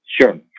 Sure